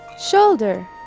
Shoulder